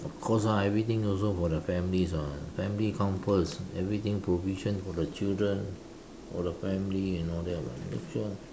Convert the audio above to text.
of course ah everything also for the families [what] family come first everything provision for the children for the family and all that [what]